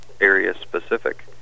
area-specific